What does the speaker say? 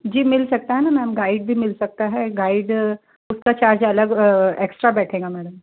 जी मिल सकता है न मैम गाइड भी मिल सकता है गाइड उसका चार्ज अलग एक्स्ट्रा बैठेगा मैडम